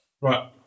Right